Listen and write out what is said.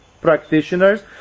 practitioners